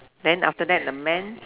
then after that the man